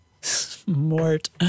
Smart